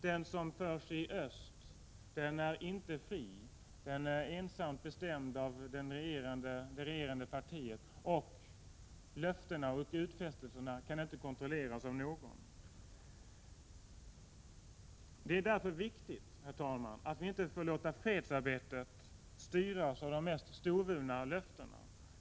Den som förs i öst är inte fri. Den är bestämd av det regerande partiet ensamt, och löften och utfästelserna kan inte kontrolleras av någon. Det är därför viktigt, herr talman, att inte låta fredsarbetet styras av de mest storvulna löftena.